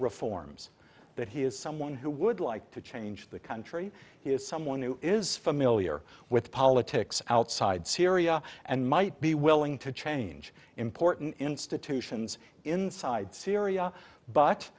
reforms that he is someone who would like to change the country he is someone who is familiar with politics outside syria and might be willing to change important institutions inside syria but